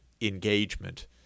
engagement